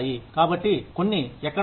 కాబట్టి కొన్ని ఎక్కడ తేడా